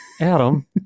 adam